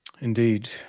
Indeed